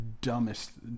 Dumbest